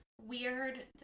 weird